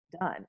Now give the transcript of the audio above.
done